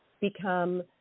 become